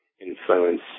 influence